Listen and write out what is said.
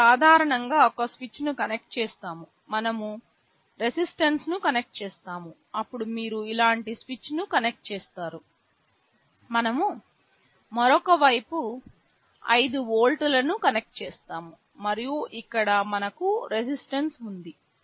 మనము సాధారణంగా ఒక స్విచ్ను కనెక్ట్ చేస్తాము మనము రెసిస్టెన్స్ ను కనెక్ట్ చేస్తాము అప్పుడు మీరు ఇలాంటి స్విచ్ను కనెక్ట్ చేస్తారు మనము మరొక వైపు 5 వోల్ట్లను కనెక్ట్ చేస్తాము మరియు ఇక్కడ మనకు రెసిస్టెన్స్ ఉంది